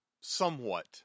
somewhat